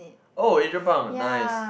oh Adrian-Pang nice